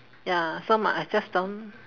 ya so m~ I just don't